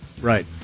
right